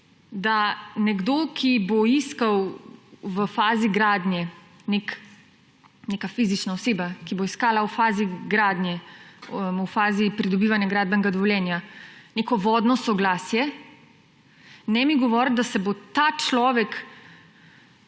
da nekdo, ki bo iskal v fazi gradnje, neka fizična oseba, ki bo iskala v fazi gradnje, v fazi pridobivanja gradbenega dovoljenja, neko vodno soglasje, ne mi govoriti, da se bo ta človek